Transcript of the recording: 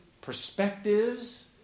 perspectives